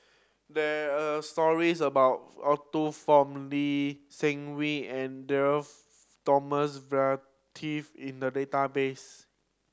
there're stories about Arthur Fong Lee Seng Wee and Thomas Vadaketh in the database